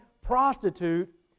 prostitute